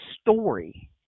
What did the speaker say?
story